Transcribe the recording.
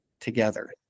together